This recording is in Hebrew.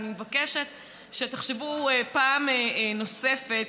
אני מבקשת שתחשבו פעם נוספת,